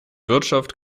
wirtschaft